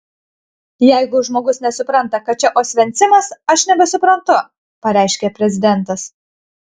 jeigu žmogus nesupranta kad čia osvencimas aš nebesuprantu pareiškė prezidentas